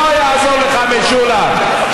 לא יעזור לך, משולם.